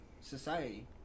society